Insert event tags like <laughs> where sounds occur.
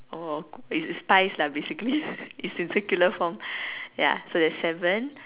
oh it's it's spice lah basically <laughs> it's in circular form ya so there's seven